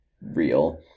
real